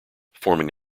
forming